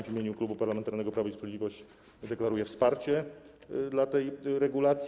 W imieniu Klubu Parlamentarnego Prawo i Sprawiedliwość deklaruję wsparcie dla tej regulacji.